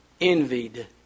envied